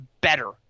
better